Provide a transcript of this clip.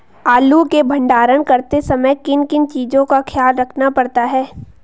आलू के भंडारण करते समय किन किन चीज़ों का ख्याल रखना पड़ता है?